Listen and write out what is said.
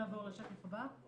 נעבור לשקף הבא.